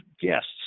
guests